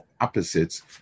opposites